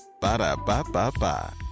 Ba-da-ba-ba-ba